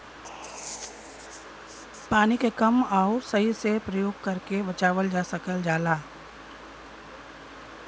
पानी के कम आउर सही से परयोग करके बचावल जा सकल जाला